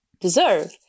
deserve